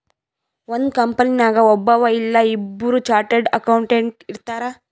ಒಂದ್ ಕಂಪನಿನಾಗ್ ಒಬ್ಬವ್ ಇಲ್ಲಾ ಇಬ್ಬುರ್ ಚಾರ್ಟೆಡ್ ಅಕೌಂಟೆಂಟ್ ಇರ್ತಾರ್